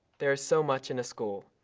there is so much in a school.